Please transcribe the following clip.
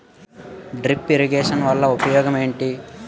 drip irrigation వలన ఉపయోగం ఏంటి